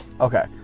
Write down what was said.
Okay